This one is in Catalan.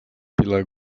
pilar